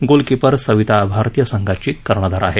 goalkeeper Savita भारतीय संघाची कर्णधार आहे